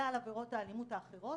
כלל עבירות האלימות האחרות